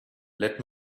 let